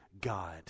God